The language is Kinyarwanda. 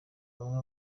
bamwe